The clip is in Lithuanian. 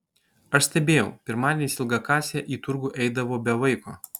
aš stebėjau pirmadieniais ilgakasė į turgų eidavo be vaiko